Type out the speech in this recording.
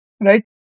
right